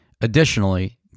Additionally